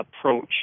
approach